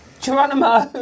Geronimo